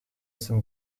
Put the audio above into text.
some